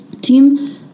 team